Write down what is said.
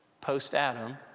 post-Adam